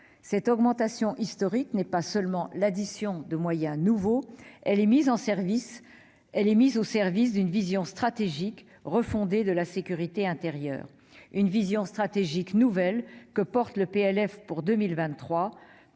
Cette augmentation historique n'est pas seulement l'addition de moyens nouveaux ; elle est mise au service d'une vision stratégique refondée de la sécurité intérieure, portée par le PLF pour 2023.